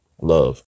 Love